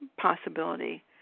possibility